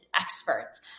experts